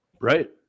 Right